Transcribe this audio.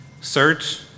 Search